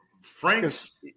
Frank's